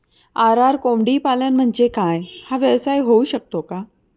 RR कोंबडीपालन म्हणजे काय? हा व्यवसाय होऊ शकतो का?